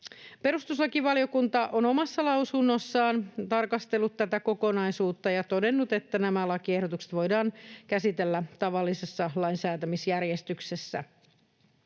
Perustuslakivaliokunta on omassa lausunnossaan tarkastellut tätä kokonaisuutta ja todennut, että nämä lakiehdotukset voidaan käsitellä tavallisessa lainsäätämisjärjestyksessä.